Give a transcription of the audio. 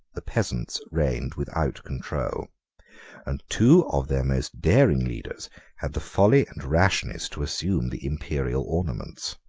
the peasants reigned without control and two of their most daring leaders had the folly and rashness to assume the imperial ornaments.